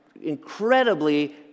incredibly